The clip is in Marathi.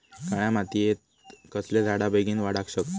काळ्या मातयेत कसले झाडा बेगीन वाडाक शकतत?